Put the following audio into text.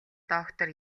доктор